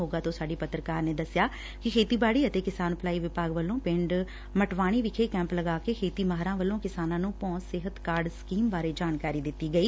ਮੋਗਾ ਤੋਂ ਸਾਡੀ ਪੱਤਰਕਾਰ ਨੇ ਦਸਿਐ ਕਿ ਖੇਤੀਬਾੜੀ ਅਤੇ ਕਿਸਾਨ ਭਲਾਈ ਵਿਭਾਗ ਵੱਲੋਂ ਪਿੰਡ ਮੱਟਵਾਣੀ ਵਿਖੇ ਕੈਂਪ ਲਗਾ ਕੇ ਖੇਤੀ ਮਾਹਿਰਾਂ ਵੱਲੋਂ ਕਿਸਾਨਾਂ ਨੂੰ ਭੌਂ ਸਿਹਤ ਕਾਰਡ ਸਕੀਮ ਬਾਰੇ ਜਾਣਕਾਰੀ ਦਿੱਤੀ ਗਈ